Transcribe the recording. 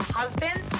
husband